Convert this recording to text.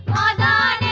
ah da